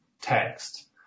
text